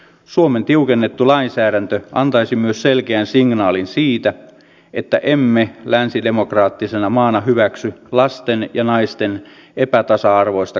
suomen tiukennettu lainsäädäntö antaisi myös selkeän signaalin siitä että emme länsidemokraattisena maana hyväksy lasten ja naisten epätasa arvoista kohtelua